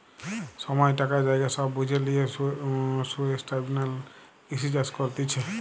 সময়, টাকা, জায়গা সব বুঝে লিয়ে সুস্টাইনাবল কৃষি চাষ করতিছে